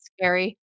scary